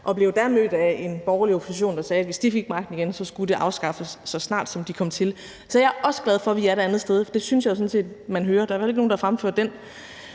Jeg blev der mødt af en borgerlig opposition, der sagde, at hvis de fik magten igen, skulle det afskaffes, så snart de kom til. Så jeg er også glad for, at vi er et andet sted, for det synes jeg jo sådan set man kan høre at vi er. Der er